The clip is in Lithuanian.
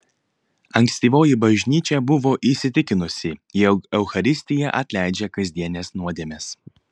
ankstyvoji bažnyčia buvo įsitikinusi jog eucharistija atleidžia kasdienes nuodėmes